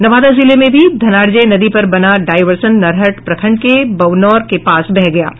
नवादा जिले में भी धनार्जय नदी पर बना डायवर्सन नरहट प्रखंड के बवनौर के पास बह गया है